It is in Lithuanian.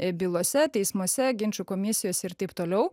bylose teismuose ginčų komisijos ir taip toliau